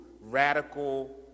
radical